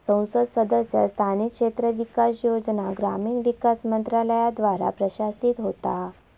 संसद सदस्य स्थानिक क्षेत्र विकास योजना ग्रामीण विकास मंत्रालयाद्वारा प्रशासित होता